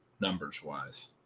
numbers-wise